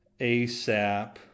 ASAP